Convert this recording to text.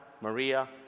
Maria